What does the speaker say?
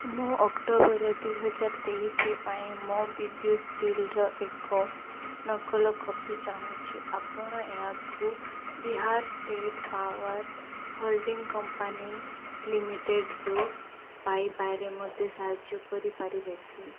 ମୁଁ ଅକ୍ଟୋବର ଦୁଇହଜାର ତେଇଶ ପାଇଁ ମୋ ବିଦ୍ୟୁତ ବିଲ୍ର ଏକ ନକଲ କପି ଚାହୁଁଛି ଆପଣ ଏହାକୁ Bihar state power holding company ଲିମିଟେଡ଼୍ରୁ ପାଇବାରେ ମୋତେ ସାହାଯ୍ୟ କରିପାରିବେ କି